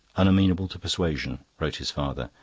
unamenable to persuasion wrote his father.